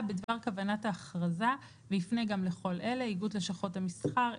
בדבר כוונת האכרזה ויפנה גם לכל אלה: איגוד לשכות המסחר,